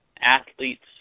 athletes